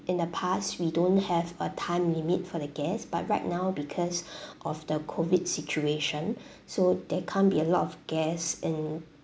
in the past we don't have a time limit for the guests but right now because of the COVID situation so there can't be a lot of guests in